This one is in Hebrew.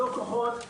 לא כוחות,